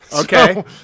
Okay